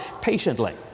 patiently